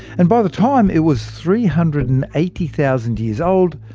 and by the time it was three hundred and eighty thousand years old,